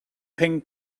ping